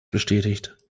bestätigt